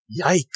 Yikes